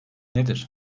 nedir